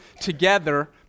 together